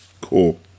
Cool